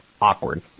awkward